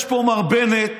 יש פה מר בנט,